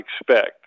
expect